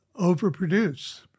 Overproduce